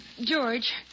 George